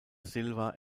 silva